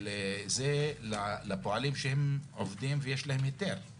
אבל זה לפועלים שהם עובדים ויש להם היתר.